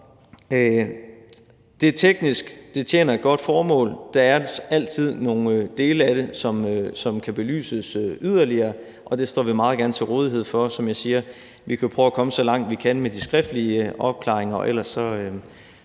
Det er teknisk, det tjener et godt formål; der er altid nogle dele af det, som kan belyses yderligere, og det står vi meget gerne til rådighed for, for som jeg siger, kan vi prøve at komme så langt, vi kan, med de skriftlige opklaringer, og ellers tager